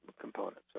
components